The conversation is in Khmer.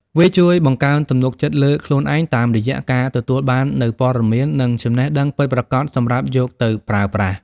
វាជួយបង្កើនទំនុកចិត្តលើខ្លួនឯង តាមរយៈការទទួលបាននូវព័ត៌មាន និងចំណេះដឹងពិតប្រាកដសម្រាប់យកទៅប្រើប្រាស់។